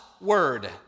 word